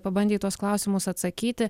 pabandė į tuos klausimus atsakyti